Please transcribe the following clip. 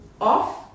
off